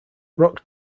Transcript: rock